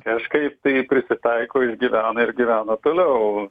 kažkaip tai prisitaiko išgyvena ir gyvena toliau